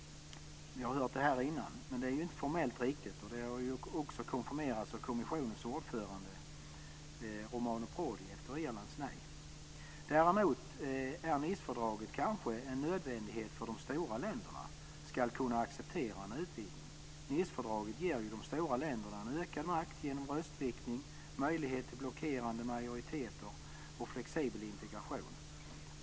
Vi har hört det här tidigare. Men det är inte formellt riktigt, vilket också har konfirmerats av kommissionens ordförande Romano Prodi efter Irlands nej. Däremot är Nicefördraget kanske en nödvändighet för att de stora länderna ska kunna acceptera en utvidgning. Nicefördraget ger ju de stora länderna en ökad makt genom röstviktning, möjlighet till blockerande majoriteter och flexibel integration.